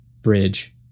Bridge